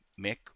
Mick